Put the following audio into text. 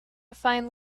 find